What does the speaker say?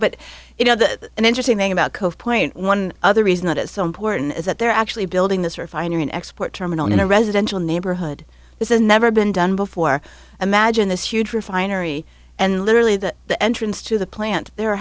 but you know the interesting thing about cove point one other reason that it's so important is that they're actually building this refinery an export terminal in a residential neighborhood this is never been done before imagine this huge refinery and literally that the entrance to the plant the